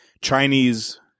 Chinese